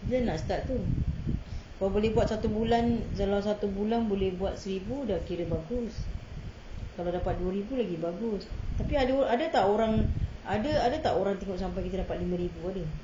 bila nak start tu kalau boleh buat satu bulan kalau satu bulan boleh buat seribu dah kira bagus kalau dapat dua ribu lagi bagus tapi ada ada tak orang ada ada tak orang tengok sampai kita dapat lima ribu ada